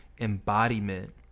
embodiment